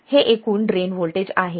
हे एकूण drain voltage आहे